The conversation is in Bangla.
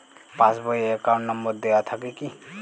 পাস বই এ অ্যাকাউন্ট নম্বর দেওয়া থাকে কি?